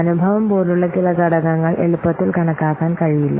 അനുഭവം പോലുള്ള ചില ഘടകങ്ങൾ എളുപ്പത്തിൽ കണക്കാക്കാൻ കഴിയില്ല